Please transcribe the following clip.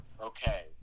Okay